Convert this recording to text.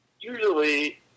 Usually